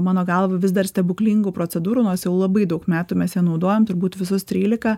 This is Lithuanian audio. mano galva vis dar stebuklingų procedūrų nors jau labai daug metų mes ją naudojam turbūt visus trylika